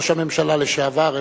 ראש הממשלה לשעבר,